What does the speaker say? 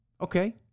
okay